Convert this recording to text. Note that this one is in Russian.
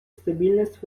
стабильность